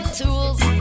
tools